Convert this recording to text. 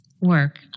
work